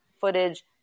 footage